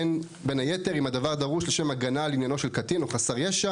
בין היתר אם הדבר דרוש לשם הגנה על עניינו של קטין או חסר ישע